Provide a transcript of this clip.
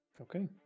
Okay